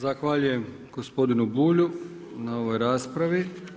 Zahvaljujem gospodinu Bulju na ovoj raspravi.